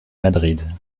madrid